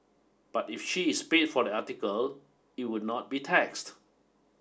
but if she is paid for the article it would not be taxed